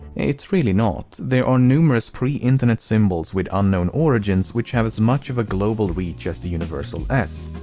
it's really not. there are numerous pre-internet symbols with unknown origins which have as much of a global reach as the universal s.